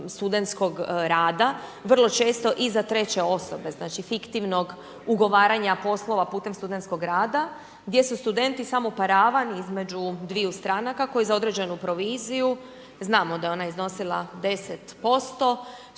studentskog rada, vrlo često i za treće osobe znači fiktivnog ugovaranja poslova putem studentskog rada gdje su studeni samo paravan između dviju stranaka koji za određenu proviziju znamo da je ona iznosila 10%